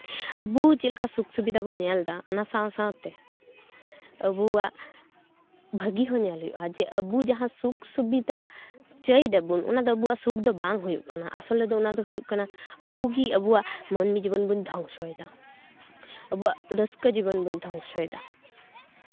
ᱟᱹᱵᱩ ᱪᱮᱫᱞᱮᱠᱟ ᱥᱩᱠ ᱥᱩᱵᱤᱫᱷᱟ ᱵᱚᱱ ᱧᱮᱞᱫᱟ ᱚᱱᱟ ᱥᱟᱶ ᱥᱟᱶᱛᱮ ᱟᱵᱚᱣᱟᱜ ᱵᱷᱟᱜᱮ ᱦᱚᱸ ᱧᱮᱞ ᱦᱩᱭᱩᱜᱼᱟ ᱡᱮ ᱟᱹᱵᱩ ᱡᱟᱦᱟᱸ ᱥᱩᱠ ᱥᱩᱵᱤᱫᱷᱟ ᱪᱟᱹᱭ ᱫᱟᱵᱚᱱ ᱚᱱᱟ ᱫᱚ ᱟᱵᱚᱣᱟᱜ ᱥᱩᱠ ᱫᱚ ᱵᱟᱝ ᱦᱩᱭᱩᱜ ᱠᱟᱱᱟ ᱟᱥᱚᱞᱮ ᱫᱚ ᱚᱱᱟ ᱫᱚ ᱦᱩᱭᱩᱜ ᱠᱟᱱᱟ ᱟᱹᱵᱩᱜᱮ ᱟᱵᱚᱣᱟᱜ ᱢᱟᱹᱱᱢᱤ ᱡᱤᱵᱚᱱ ᱵᱚᱱ ᱫᱷᱚᱝᱥᱚᱭᱮᱫᱟ ᱟᱵᱚᱣᱟᱜ ᱨᱟᱹᱥᱠᱟᱹ ᱡᱤᱵᱚᱱ ᱵᱚᱱ ᱫᱷᱚᱝᱥᱚᱭᱮᱫᱟ